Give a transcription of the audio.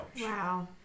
Wow